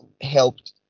helped